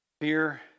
Fear